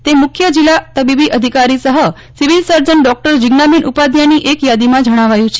તેમ મુખ્ય જીલ્લા તબીબી અધિકારી સફ સિવિલ સર્જન ડોક્ટર જીજ્ઞાબેન ઉપાધ્યાયની એક યાદીમાં જણાવાયું છે